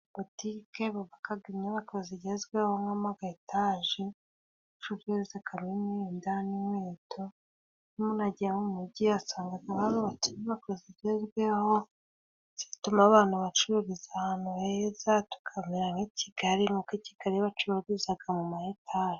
Butiki bubakaga inyubako zigezweho nk'amayetaje bacururizagamo imyenda n'inkweto, iyo umuntu agiye aho mu mujyi asanga barubatse inyubako zigezweho zituma abantu bacururiza ahantu heza, tukamera nk'i Kigali nk'uko i Kigali bacururizaga mu mayetaje.